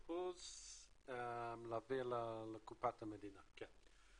ה-3.5% כדי להעביר לקופת המדינה, כן.